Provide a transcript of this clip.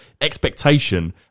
expectation